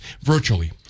virtually